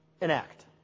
enact